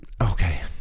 okay